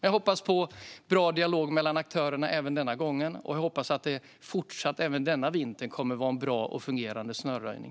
Jag hoppas på bra dialog mellan aktörerna även denna gång, och jag hoppas att det även denna vinter kommer att vara en bra och fungerande snöröjning.